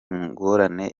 ngorane